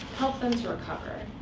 help them so recover.